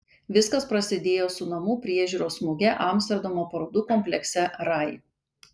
viskas prasidėjo su namų priežiūros muge amsterdamo parodų komplekse rai